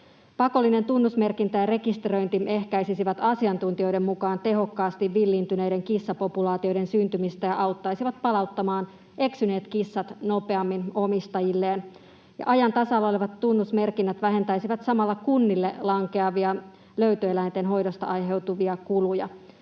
Pakollinen tunnusmerkintä ja rekisteröinti ehkäisisivät asiantuntijoiden mukaan tehokkaasti villiintyneiden kissapopulaatioiden syntymistä ja auttaisivat palauttamaan eksyneet kissat nopeammin omistajilleen. Ajan tasalla olevat tunnusmerkinnät vähentäisivät samalla kunnille lankeavia löytöeläinten hoidosta aiheutuvia kuluja,